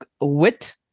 wit